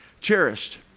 cherished